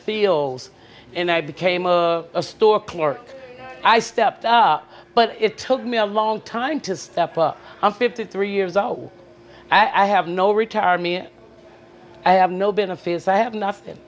fields and i became a store clerk i stepped up but it took me a long time to step up i'm fifty three years old i have no retire me i have no been a fears i have nothing